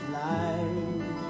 life